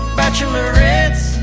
bachelorettes